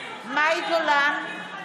אם אתה לא, מפה.